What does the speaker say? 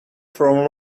from